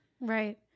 right